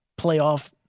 playoff